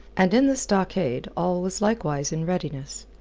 and in the stockade, all was likewise in readiness.